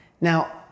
now